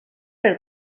per